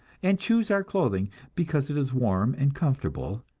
and choose our clothing because it is warm and comfortable,